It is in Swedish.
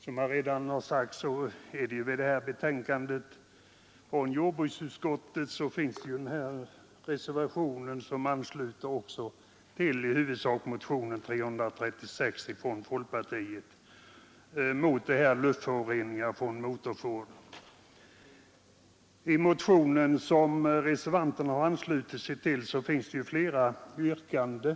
Herr talman! Som redan sagts har det vid jordbruksutskottets betänkande nr 12 fogats en reservation, som i huvudsak ansluter till motionen 336 från folkpartiet om åtgärder mot luftföroreningar från motorfordon. I den motion som reservanterna anslutit sig till finns flera yrkanden.